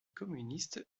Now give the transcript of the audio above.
communiste